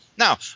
Now